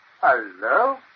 Hello